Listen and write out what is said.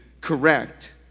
correct